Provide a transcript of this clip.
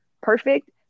perfect